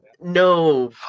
no